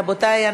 רבותי,